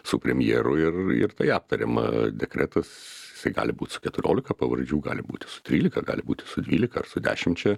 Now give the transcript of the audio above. su premjeru ir ir tai aptariama dekretas jisai gali būt su keturiolika pavardžių gali būti su trylika gali būti su dvylika ar su dešimčia